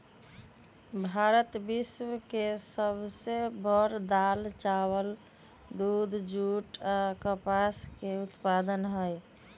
भारत विश्व के सब से बड़ दाल, चावल, दूध, जुट आ कपास के उत्पादक हई